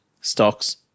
stocks